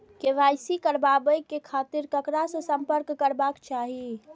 KYC कराबे के खातिर ककरा से संपर्क करबाक चाही?